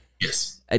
Yes